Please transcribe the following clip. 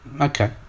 Okay